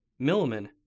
Milliman